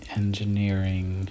engineering